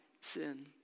sin